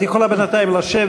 את יכולה בינתיים לשבת.